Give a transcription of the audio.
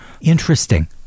interesting